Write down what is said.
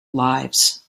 lives